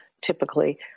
typically